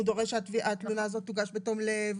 הוא דורש שהתלונה הזאת תוגש בתום לב,